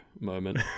moment